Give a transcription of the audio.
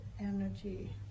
energy